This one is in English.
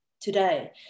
today